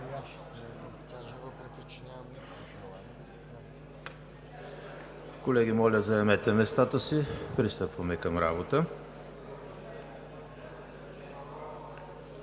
Колеги, моля заемете местата си! Пристъпваме към работа.